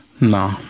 No